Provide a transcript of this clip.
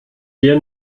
dir